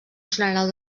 general